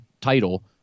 title